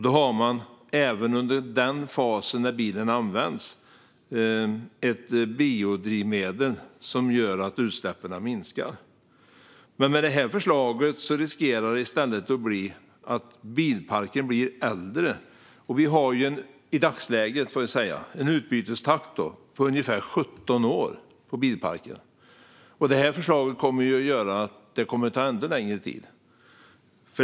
Då har man även under den fas då bilen används ett biodrivmedel som gör att utsläppen minskar. Med det här förslaget riskerar i stället bilparken att bli äldre. Vi har i dagsläget en utbytestakt på ungefär 17 år för bilparken. Det här förslaget kommer att göra att det tar ännu längre tid.